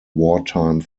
wartime